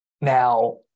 Now